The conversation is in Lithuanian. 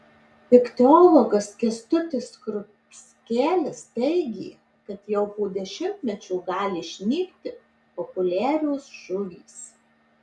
ichtiologas kęstutis skrupskelis teigė kad jau po dešimtmečio gali išnykti populiarios žuvys